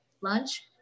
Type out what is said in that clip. lunch